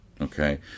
okay